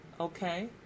Okay